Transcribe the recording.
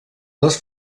les